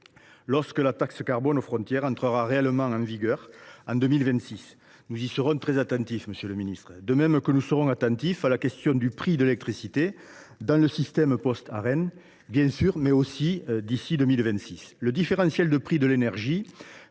lorsque la taxe carbone aux frontières entrera réellement en vigueur en 2026. Nous y serons très attentifs, monsieur le ministre, de même qu’à la question du prix de l’électricité, dans le système post Arenh, bien sûr, mais aussi d’ici à 2026. Le différentiel de prix de l’énergie